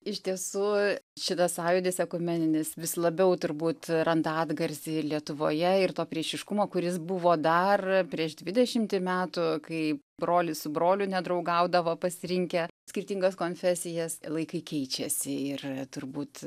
iš tiesų šitas sąjūdis ekumeninis vis labiau turbūt randa atgarsį lietuvoje ir to priešiškumo kuris buvo dar prieš dvidešimtį metų kai brolis su broliu nedraugaudavo pasirinkę skirtingas konfesijas laikai keičiasi ir turbūt